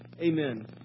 amen